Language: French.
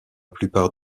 plupart